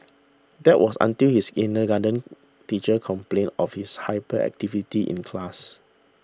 that was until his kindergarten teachers complained of his hyperactivity in class